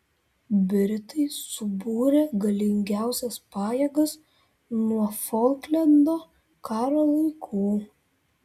britai subūrė galingiausias pajėgas nuo folklendo karo laikų